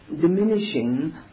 diminishing